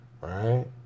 right